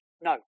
no